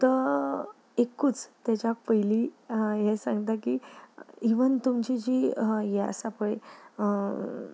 तर एकूच तेच्या पयलीं हें सांगता की इव्हन तुमची जी हें आसा पय